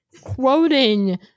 quoting